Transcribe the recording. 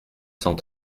cent